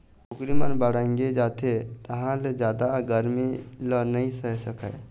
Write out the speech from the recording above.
कुकरी मन बाड़गे जाथे तहाँ ले जादा गरमी ल नइ सहे सकय